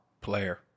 Player